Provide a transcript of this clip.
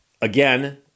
again